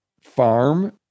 farm